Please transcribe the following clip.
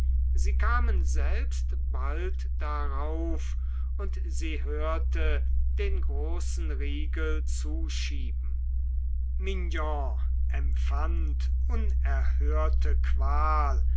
sie kamen selbst bald darauf und sie hörte den großen riegel zuschieben mignon empfand unerhörte qual